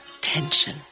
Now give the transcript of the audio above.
tension